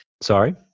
sorry